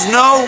no